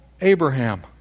Abraham